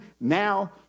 now